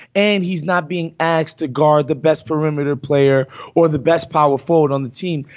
and he's not being asked to guard the best perimeter player or the best power forward on the team.